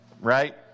right